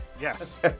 Yes